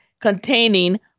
containing